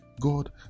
God